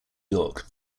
york